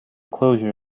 closure